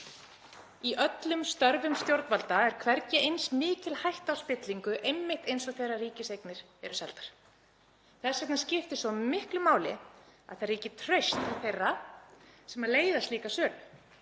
Í öllum störfum stjórnvalda er hvergi eins mikil hætta á spillingu og þegar ríkiseignir eru seldar. Þess vegna skiptir svo miklu máli að það ríki traust til þeirra sem leiða slíka sölu.